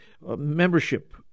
membership